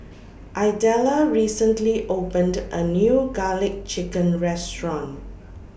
Idella recently opened A New Garlic Chicken Restaurant